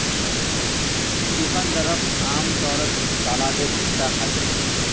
चुकंदरक आमतौरत सलादेर हिस्सा खा छेक